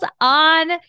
on